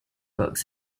book